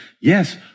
Yes